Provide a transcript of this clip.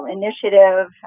initiative